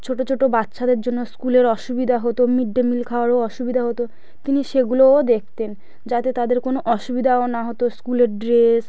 ছোটো ছোটো বাচ্চাদের জন্য স্কুলের অসুবিধা হতো মিড ডে মিল খাওয়ারও অসুবিধা হতো তিনি সেগুলোও দেখতেন যাতে তাদের কোনো অসুবিধাও না হতো স্কুলের ড্রেস